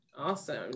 Awesome